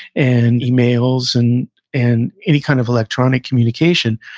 and emails, and and any kind of electronic communication,